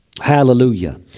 Hallelujah